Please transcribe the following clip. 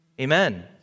Amen